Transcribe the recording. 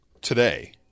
today